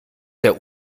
der